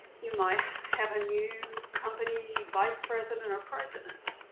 you might have a new company vice president or president.